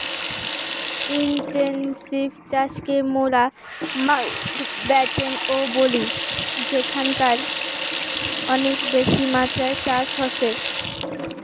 intensive চাষকে মোরা মাউন্টব্যাটেন ও বলি যেখানকারে অনেক বেশি মাত্রায় চাষ হসে